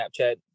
Snapchat